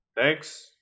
thanks